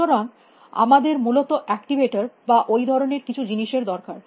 সুতরাং আমাদের মূলত একটিভেটার বা ওই ধরনের কিছু জিনিসের দরকার